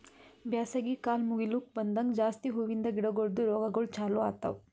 ಬ್ಯಾಸಗಿ ಕಾಲ್ ಮುಗಿಲುಕ್ ಬಂದಂಗ್ ಜಾಸ್ತಿ ಹೂವಿಂದ ಗಿಡಗೊಳ್ದು ರೋಗಗೊಳ್ ಚಾಲೂ ಆತವ್